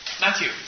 Matthew